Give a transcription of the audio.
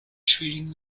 treating